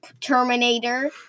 Terminator